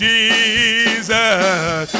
Jesus